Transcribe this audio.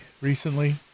recently